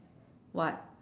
what